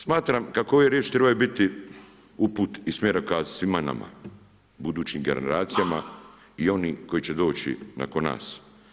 Smatram kako ove riječi trebaju biti uput i smjerokaz svima nama, budućim generacijama i oni koji će doći nakon nas.